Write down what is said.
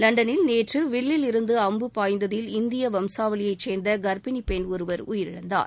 லண்டனில் நேற்று வில்லில் இருந்து அம்பு பாய்ந்ததில் இந்திய வம்சாவளியைச் சேர்ந்த கர்ப்பிணி பெண் ஒருவர் உயிரிழந்தார்